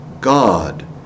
God